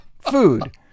food